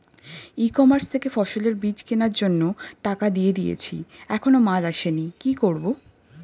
ই commerce থেকে ফসলের বীজ কেনার জন্য টাকা দিয়ে দিয়েছি এখনো মাল আসেনি কি করব?